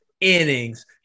innings